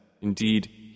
Indeed